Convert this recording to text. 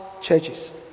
churches